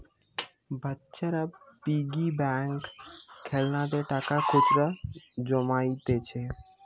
বাচ্চারা piggy bank খেলনাতে টাকা খুচরা জমাইতিছে